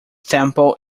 temple